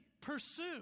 pursue